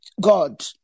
God